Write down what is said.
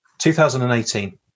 2018